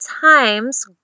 times